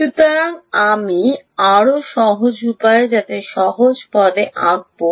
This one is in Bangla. সুতরাং আমি আরও সহজ উপায়ে যাতে সহজ পদে আঁকবো